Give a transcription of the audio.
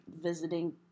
visiting